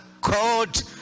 God